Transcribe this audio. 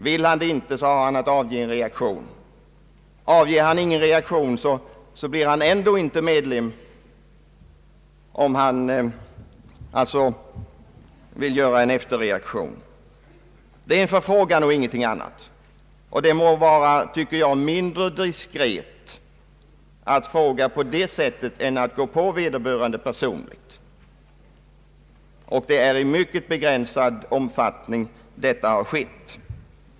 Vill han det inte, har han att avge en reaktion. Det är frågan ja eller nej. Det är således en förfrågan om medlemskap och ingenting annat. Metoden måste väl ändå vara den mest diskreta som kan förekomma. Det är också i mycket begränsad omfattning som den använts.